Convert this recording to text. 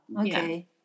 okay